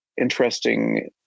interesting